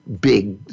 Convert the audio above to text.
big